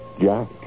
Jack